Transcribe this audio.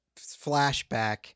flashback